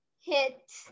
hit